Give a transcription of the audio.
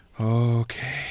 Okay